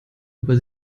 über